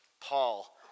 Paul